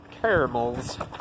caramels